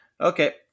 Okay